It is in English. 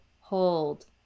hold